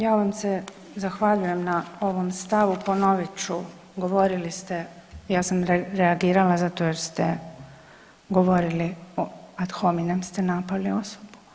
Ja vam se zahvaljujem na ovom stavu, ponovit ću, govorili ste, ja sam reagirala zato jer ste govorili o, ad hominem ste napali osobu.